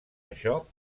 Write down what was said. això